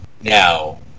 now